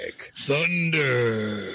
Thunder